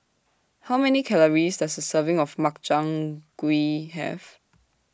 How Many Calories Does A Serving of Makchang Gui Have